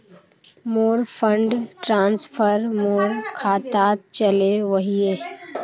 मोर fund transfer मोर खातात चले वहिये